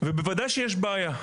ובוודאי שיש בעיה.